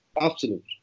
absolute